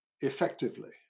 effectively